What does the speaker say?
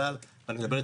אני מדבר על הכלל,